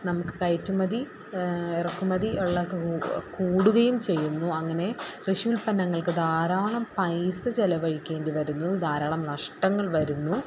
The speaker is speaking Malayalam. നമുക്ക് കയറ്റുമതി ഇറക്കുമതി ഉള്ള കൂടുകയും ചെയ്യുന്നു അങ്ങനെ കൃഷി ഉൽപ്പന്നങ്ങൾക്ക് ധാരാളം പൈസ ചെലവഴിക്കേണ്ടി വരുന്നു ധാരാളം നഷ്ടങ്ങൾ വരുന്നു